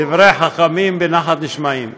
דברי חכמים בנחת נשמעים,